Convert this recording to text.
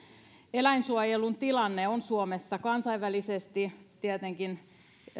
eläinsuojelun tilanne on suomessa kansainvälisesti tietenkin